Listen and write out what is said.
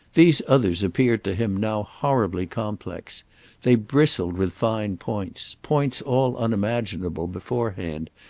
these others appeared to him now horribly complex they bristled with fine points, points all unimaginable beforehand,